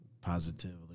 positively